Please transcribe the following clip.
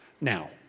Now